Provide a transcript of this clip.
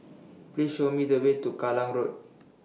Please Show Me The Way to Kallang Road